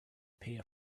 pay